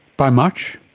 by much?